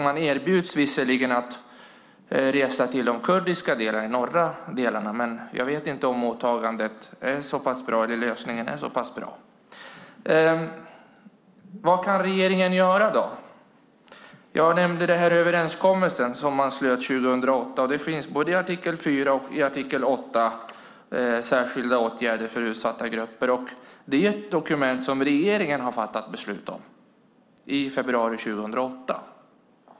De erbjuds visserligen att resa till de kurdiska delarna, de norra delarna. Men jag vet inte om den lösningen är så bra. Vad kan regeringen göra? Jag nämnde den överenskommelse som man slöt 2008. Både i artikel 4 och i artikel 8 står det om särskilda åtgärder för utsatta grupper. Det är ett dokument som regeringen har fattat beslut om i februari 2008.